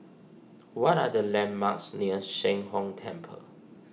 what are the landmarks near Sheng Hong Temple